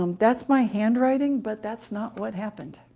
um that's my handwriting, but that's not what happened.